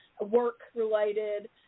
work-related